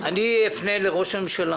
אני אפנה לראש הממשלה